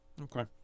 Okay